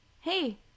hey